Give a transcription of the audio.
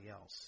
else